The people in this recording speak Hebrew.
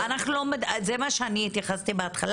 זה מה שאמרתי בהתחלה